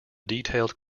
detailed